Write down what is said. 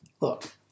Look